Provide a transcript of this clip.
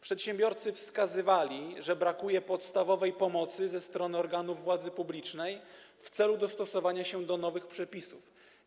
Przedsiębiorcy wskazywali, że brakuje podstawowej pomocy ze strony organów władzy publicznej w celu dostosowania się do nowych przepisów.